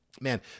Man